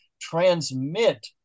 transmit